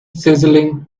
sizzling